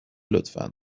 لطفا